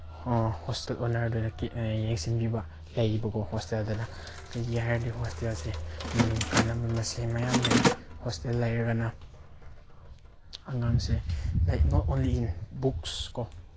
hostel ꯑꯣꯅꯔꯗꯨꯅ ꯌꯦꯡꯁꯤꯟꯕꯤꯕ ꯂꯩꯌꯦꯕꯀꯣ ꯍꯣꯁꯇꯦꯜꯗꯅ ꯀꯩꯒꯤ ꯍꯥꯏꯔꯗꯤ ꯍꯣꯁꯇꯦꯜꯁꯦ ꯀꯥꯟꯅꯕ ꯃꯁꯦ ꯃꯌꯥꯝ ꯂꯩꯌꯦ ꯍꯣꯁꯇꯦꯜ ꯂꯩꯔꯒꯅ ꯑꯉꯥꯡꯁꯦ ꯂꯥꯏꯛ ꯅꯣꯠ ꯑꯣꯟꯂꯤ ꯏꯟ ꯕꯨꯛꯁꯀꯣ